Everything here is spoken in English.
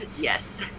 Yes